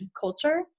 culture